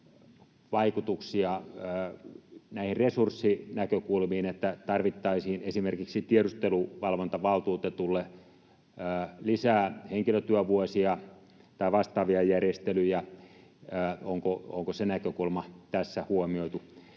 vaikutuksia resurssinäkökulmiin, että tarvittaisiin esimerkiksi tiedusteluvalvontavaltuutetulle lisää henkilötyövuosia tai vastaavia järjestelyjä? Onko se näkökulma tässä huomioitu?